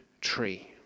tree